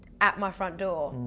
at my front door.